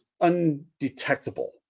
undetectable